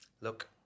look